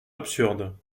absurde